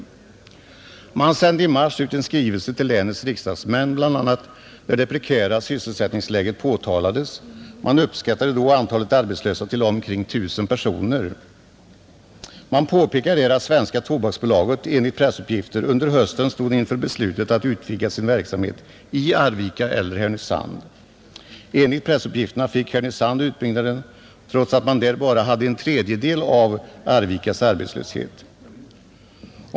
Kommunen sände i mars ut en skrivelse bl.a, till länets riksdagsmän, där det prekära sysselsättningsläget påtalades. Man uppskattade då antalet arbetslösa till omkring 1 000 personer. Man påpekar att Svenska tobaksbolaget, enligt pressuppgifter, under hösten stod inför beslutet att utvidga sin verksamhet i Arvika eller i Härnösand, Enligt pressuppgifterna fick Härnösand utbyggnaden trots att man där bara hade en tredjedel av Arvikas arbetslöshet.